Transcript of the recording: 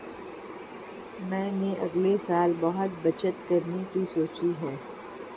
मैंने अगले साल बहुत बचत करने की सोची है